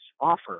offer